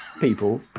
people